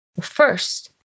first